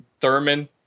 Thurman